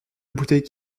bouteille